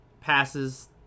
passes